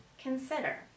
consider